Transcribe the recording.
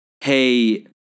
hey